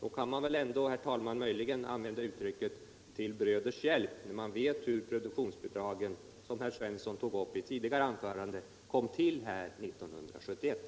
Då kan man väl ändå, herr talman, möjligen använda uttrycket ”till bröders hjälp”, när man vet hur produktionsbidragen, som herr Svensson tog upp i sitt tidigare anförande, kom till år 1971.